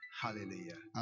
hallelujah